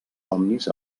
somnis